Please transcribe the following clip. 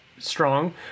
Strong